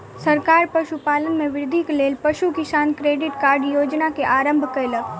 सरकार पशुपालन में वृद्धिक लेल पशु किसान क्रेडिट कार्ड योजना के आरम्भ कयलक